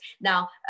Now